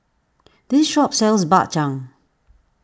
this shop sells Bak Chang